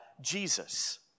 Jesus